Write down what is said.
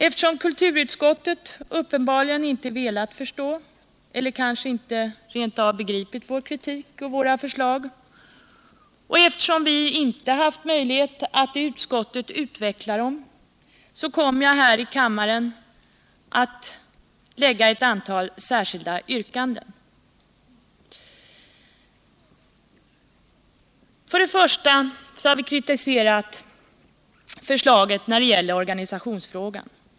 Eftersom kulturutskottet uppenbarligen inte har velat förstå — eller kanske rent av inte har begripit — vår kritik och våra förslag, och eftersom vi inte har haft möjligheter att utveckla dem i utskottet kommer vpk här i kammaren att framställa ett antal särskilda yrkanden. Först och främst har vi kritiserat förslaget när det gäller organisationsfrågan.